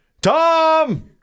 Tom